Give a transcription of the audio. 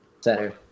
center